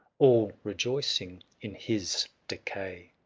all rejoicing in his decay.